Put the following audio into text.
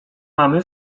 mamy